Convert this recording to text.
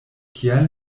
kial